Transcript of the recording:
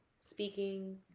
speaking